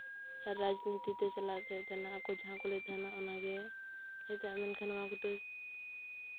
ᱨᱟᱡᱽᱱᱤᱛᱤ ᱛᱮ ᱪᱟᱞᱟᱜ ᱛᱮ ᱟᱠᱚ ᱡᱟᱦᱟᱸ ᱠᱚ ᱞᱟᱹᱭ ᱛᱟᱦᱮᱱᱟ ᱚᱱᱟᱜᱮ ᱪᱮᱫᱟᱜ ᱢᱮᱱᱠᱷᱟᱱ ᱱᱚᱣᱟ ᱠᱚᱫᱚ